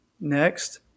next